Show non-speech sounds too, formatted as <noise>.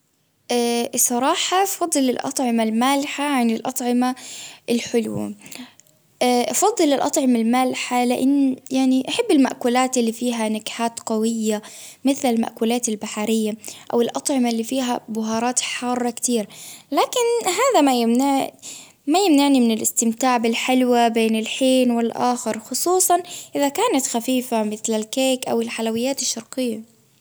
آ <hesitation> الصراحة أفضل للأطعمة المالحة عن الأطعمة الحلوة، <hesitation> أفضل الأطعمة المالحة لإن يعني أحب المأكولات اللي فيها نكهات قوية، مثل المأكولات البحرية أو الأطعمة اللي فيها بهارات حارة كتير، لكن هذا ما يمنع -ما يمنعني من الإستمتاع بالحلوة بين الحين والآخر، خصوصا إذا كانت خفيفة مثل الكيك أو الحلويات الثقيل.